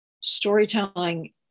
storytelling